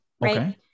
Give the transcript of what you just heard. right